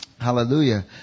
Hallelujah